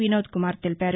వినోద్ కుమార్ తెలిపారు